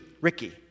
Ricky